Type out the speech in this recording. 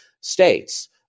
states